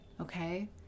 Okay